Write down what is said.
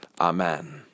Amen